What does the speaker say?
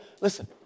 Listen